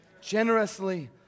generously